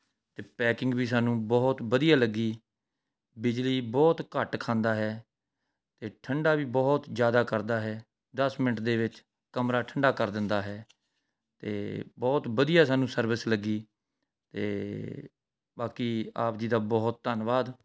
ਅਤੇ ਪੈਕਿੰਗ ਵੀ ਸਾਨੂੰ ਬਹੁਤ ਵਧੀਆ ਲੱਗੀ ਬਿਜਲੀ ਬਹੁਤ ਘੱਟ ਖਾਂਦਾ ਹੈ ਅਤੇ ਠੰਡਾ ਵੀ ਬਹੁਤ ਜ਼ਿਆਦਾ ਕਰਦਾ ਹੈ ਦਸ ਮਿੰਟ ਦੇ ਵਿੱਚ ਕਮਰਾ ਠੰਡਾ ਕਰ ਦਿੰਦਾ ਹੈ ਅਤੇ ਬਹੁਤ ਵਧੀਆ ਸਾਨੂੰ ਸਰਵਿਸ ਲੱਗੀ ਅਤੇ ਬਾਕੀ ਆਪ ਜੀ ਦਾ ਬਹੁਤ ਧੰਨਵਾਦ